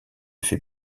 fait